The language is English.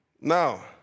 Now